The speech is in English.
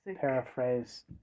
Paraphrase